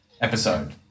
episode